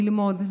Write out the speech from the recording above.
ללמוד,